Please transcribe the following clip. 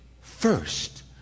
first